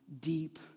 deep